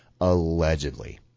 Allegedly